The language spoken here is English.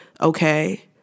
okay